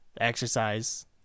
exercise